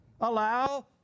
allow